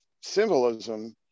symbolism